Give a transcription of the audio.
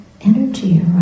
energy